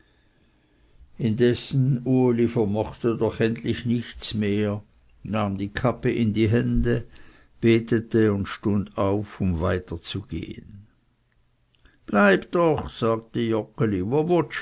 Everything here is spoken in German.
indessen uli vermochte doch endlich nichts mehr nahm die kappe in die hände betete und stund auf um weiterzugehen bleib doch sagte